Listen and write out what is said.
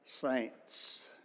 saints